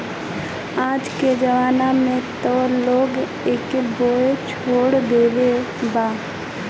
आजके जमाना में त लोग एके बोअ लेछोड़ देले बा